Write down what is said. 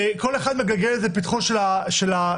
כל אחד מגלגל את זה לפתחו של האחר,